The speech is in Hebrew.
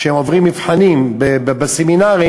כשהם עוברים מבחנים בסמינרים,